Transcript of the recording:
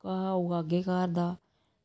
घाह् उगाह्गे घर दा